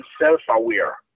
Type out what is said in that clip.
self-aware